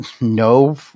No